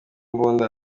mbunda